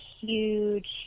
huge